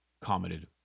commented